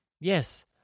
Yes